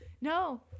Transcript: No